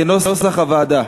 כנוסח הוועדה.